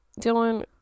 Dylan